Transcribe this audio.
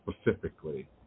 specifically